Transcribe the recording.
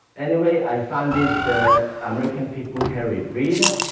anyway i found this american pit bull terrier breeder